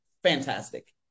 Fantastic